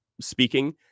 speaking